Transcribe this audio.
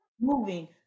moving